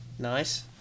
nice